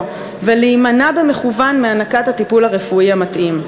ולהימנע במכוון מהענקת הטיפול הרפואי המתאים.